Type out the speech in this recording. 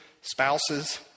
spouses